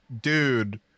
dude